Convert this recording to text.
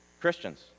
Christians